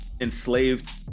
enslaved